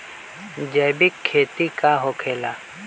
जैविक खेती का होखे ला?